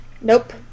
nope